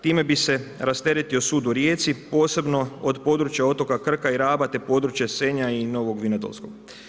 Time bi se rasteretio sud u Rijeci, posebno od područja otoka Krka i Raba te područje Senja i Novog Vinodolskog.